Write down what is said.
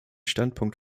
standpunkt